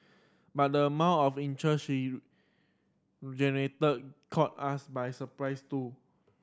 but the amount of interest she generated caught us by surprise too